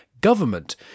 government